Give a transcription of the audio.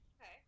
Okay